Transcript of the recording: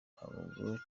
ntabwo